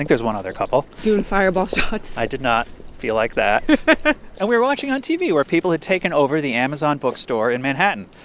one other couple doing fireball shots i did not feel like that and we were watching on tv where people had taken over the amazon bookstore in manhattan.